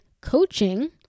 coaching